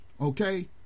okay